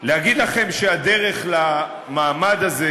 להגיד לכם שהדרך למעמד הזה,